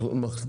רע"מ,